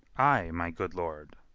ay, my good lord.